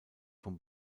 vom